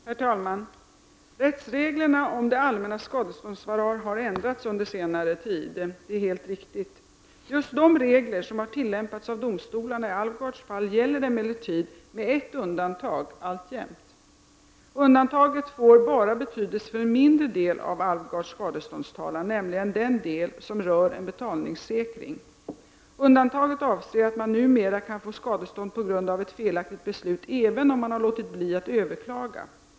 Herr talman! Rättsreglerna om det allmänna skadeståndsansvaret har ändrats under senare tid; det är helt riktigt. Just de regler som har tillämpats av domstolarna i Halvar Alvgards fall gäller emellertid alltjämt med ett undantag. Undantaget får betydelse bara för en mindre del av Halvar Alvgards skadeståndstalan, nämligen den del som rör en betalningssäkring. Undantaget gäller att man numera kan få skadestånd på grund av ett felaktigt beslut även om man har låtit bli att överklaga.